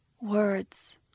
Words